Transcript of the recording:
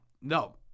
No